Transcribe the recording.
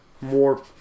more